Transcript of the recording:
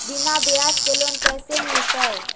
बिना ब्याज के लोन कैसे मिलतै?